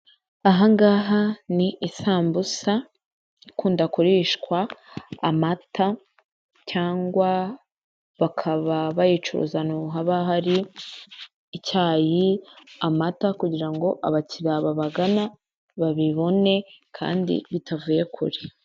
Ahangaha ni isambusa, ikunda kurishwa amata cyangwa bakaba bayicuruza ahantu haba hari icyayi, amata kugirango abakiriya ba bagana babibone kandi bitavuye kure.